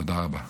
תודה רבה.